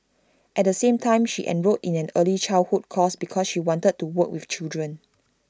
at the same time she enrolled in an early childhood course because she wanted to work with children